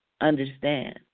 understand